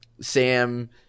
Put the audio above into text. Sam